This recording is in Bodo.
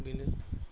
बेनो